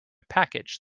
package